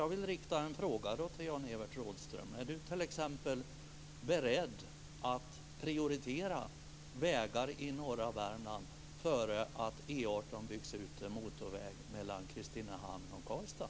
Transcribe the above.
Då vill jag rikta en fråga till Jan-Evert Rådhström: Är Jan Evert Rådhström t.ex. beredd att prioritera vägar i norra Värmland framför att E 18 byggs ut med motorväg mellan Kristinehamn och Karlstad?